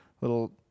little